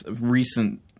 recent